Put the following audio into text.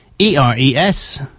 E-R-E-S